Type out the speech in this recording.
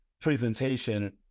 presentation